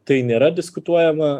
tai nėra diskutuojama